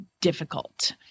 difficult